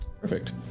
Perfect